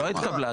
לא התקבלה,